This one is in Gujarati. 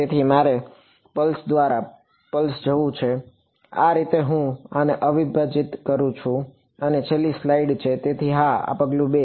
તેથી મારે પલ્સ દ્વારા પલ્સ જવું છે તે આ રીતે હું આને વિભાજીત કરું છું આ છેલ્લી સ્લાઇડ છે તેથી હા તેથી પગલું 2